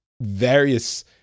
various